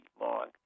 long